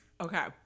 Okay